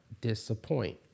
disappoint